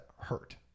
hurt